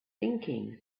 thinking